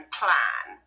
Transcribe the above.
plan